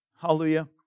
hallelujah